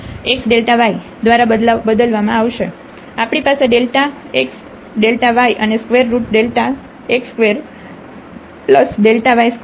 તેથી અહીં આ xy xyદ્વારા બદલવામાં આવશે આપણી પાસે xyઅને સ્ક્વેર રુટ xસ્ક્વેર yસ્ક્વેર છે